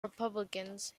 republicans